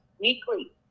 weekly